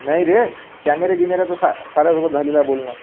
नाही रे कॅमेरे गिमेऱ्याचा सा साऱ्यासोबत झालेला आहे बोलणं